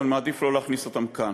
אבל אני מעדיף לא להכניס אותן כאן.